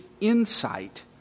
insight